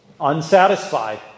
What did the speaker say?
unsatisfied